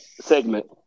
segment